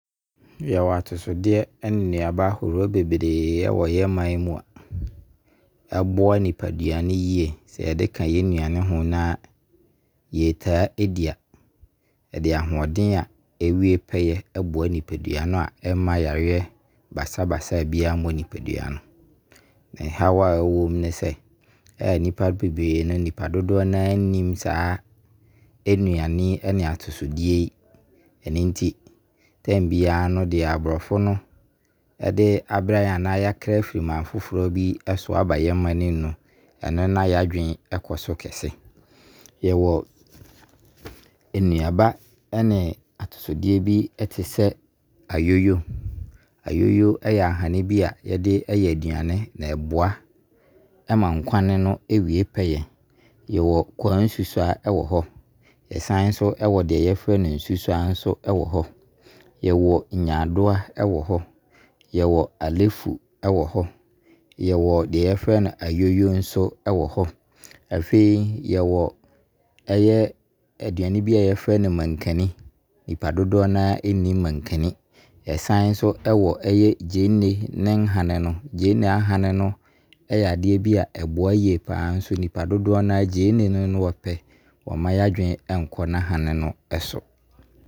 Yɛwɔ atosodeɛ ɛne nnuaba ahoroɔ bebree wɔ yɛ man mu a, ɛboa nipadua no yie. Sɛ yɛde ka yɛn nnuane ho na yɛtaa ɛdi a, ɛde ahoɔden a ewie pɛyɛ boa nipadua no a ɛma yareɛ basabasa biara mmɔ nipadua no. Ne haw a ɛwɔ mu ne sɛ, a nipa bebree no, nipa dodoɔ no a, nnim saa nnuane yi ne atosodeɛ yi. Ɛno nti time biara no, deɛ abrɔfo no ɛde aberɛ yɛn anaa deɛ yɛkra firi man foforɔ so bi so aba yɛ man mu no ɛno na yɛadwene kɔso kɛse. Yɛwɔ nnuane ne atosodeɛ bi te sɛ Ayoyo, Ayoyo yɛ ahane bi a yɛde ɛyɛ aduane, ɛboa ma nkwan no ɛwie pɛyɛ. Yɛwɔ kwansusuaa ɛwɔ hɔ. Yɛsane ɛwɔ deɛ yɛfrɛ no nsusuaa nso ɛwɔ hɔ. Yɛwɔ nyaadowa wɔ hɔ. Yɛwɔ Alefu ɛwɔ hɔ. Yɛwɔ deɛ yɛfrɛ no Ayoyo nso wɔ hɔ. Afei, yɛwɔ, ɛyɛ aduane bi a yɛfrɛ no mankani, nipa dodoɔ no a ɛnnim mankani. Yɛsane nso wɔ ɛyɛ gyeene ne hane no, gyeene ahane no yɛ adeɛ bi a ɛboa yie paa. Nso nipa dodoɔ no a, gyeene no ne wɔpɛ, wɔmma wadwene nkɔ na hane no so.